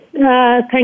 Thank